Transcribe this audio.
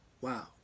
Wow